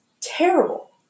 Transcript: terrible